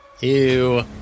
Ew